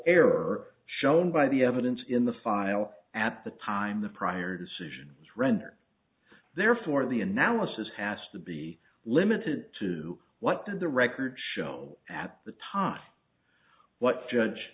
error shown by the evidence in the file at the time the prior decision was rendered therefore the analysis has to be limited to what the records show at the time what judge